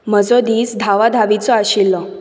म्हजो दीस धांवाधांवीचो आशिल्लो